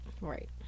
Right